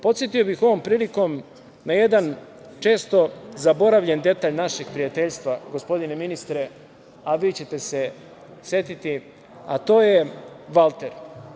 Podsetio bih ovom prilikom na jedan često zaboravljen detalj našeg prijateljstva, gospodine ministre, a vi ćete se setiti, a to je „Valter“